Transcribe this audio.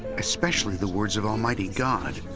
especially the words of almighty god.